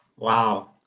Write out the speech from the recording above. Wow